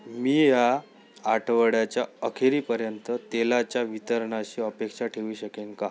मी या आठवड्याच्या अखेरीपर्यंत तेलाच्या वितरणाची अपेक्षा ठेवू शकेन का